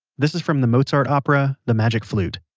this is from the mozart opera, the magic flute